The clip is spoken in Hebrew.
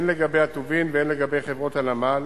הן לגבי הטובין והן לגבי חברות הנמל,